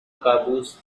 caboose